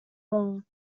more